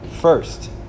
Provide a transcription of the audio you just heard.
first